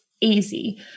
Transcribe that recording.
easy